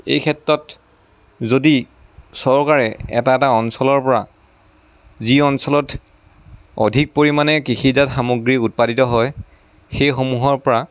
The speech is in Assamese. এই ক্ষেত্ৰত যদি চৰকাৰে এটা এটা অঞ্চলৰ পৰা যি অঞ্চলত অধিক পৰিমাণে কৃষিজাত সামগ্ৰী উৎপাদিত হয় সেইসমূহৰ পৰা